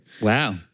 Wow